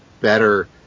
better